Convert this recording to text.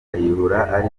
kayihura